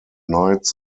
nights